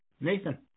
nathan